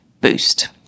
boost